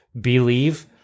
believe